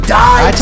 die